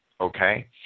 okay